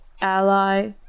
Ally